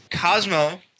Cosmo